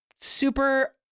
Super